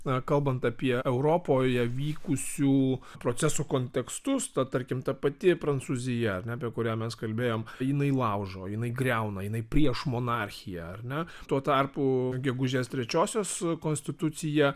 na kalbant apie europoje vykusių procesų kontekstus tarkim ta pati prancūzija ar ne apie kurią mes kalbėjom jinai laužo jinai griauna jinai prieš monarchiją ar ne tuo tarpu gegužės trečiosios konstitucija